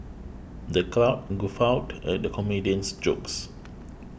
the crowd guffawed at the comedian's jokes